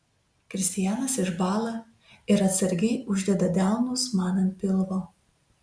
kristijanas išbąla ir atsargiai uždeda delnus man ant pilvo